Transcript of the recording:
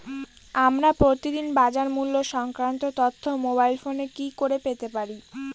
আমরা প্রতিদিন বাজার মূল্য সংক্রান্ত তথ্য মোবাইল ফোনে কি করে পেতে পারি?